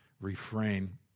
refrain